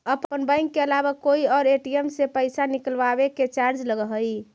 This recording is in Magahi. अपन बैंक के अलावा कोई और ए.टी.एम से पइसा निकलवावे के चार्ज लगऽ हइ